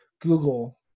Google